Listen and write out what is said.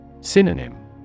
Synonym